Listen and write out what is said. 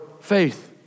faith